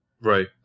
Right